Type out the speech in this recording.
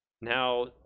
Now